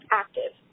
active